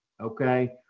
Okay